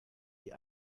die